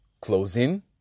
closing